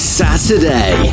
saturday